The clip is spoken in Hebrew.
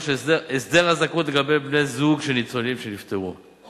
של הסדר הזכאות לגבי בני-זוג של ניצולים שנפטרו.